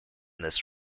this